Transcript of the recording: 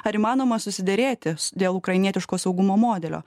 ar įmanoma susiderėti dėl ukrainietiško saugumo modelio